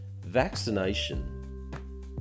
Vaccination